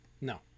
No